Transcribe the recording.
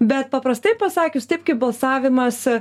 bet paprastai pasakius taip kaip balsavimas